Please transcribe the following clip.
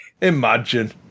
Imagine